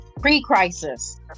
Pre-Crisis